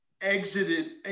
exited